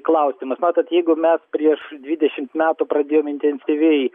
klausimas matot jeigu mes prieš dvidešimt metų pradėjom intensyviai